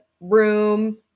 room